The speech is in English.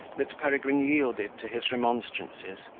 that peregrine yielded to his remonstrances,